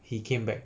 he came back